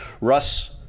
Russ